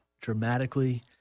dramatically